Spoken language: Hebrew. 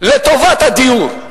לטובת הדיור?